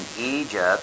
Egypt